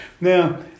Now